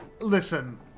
listen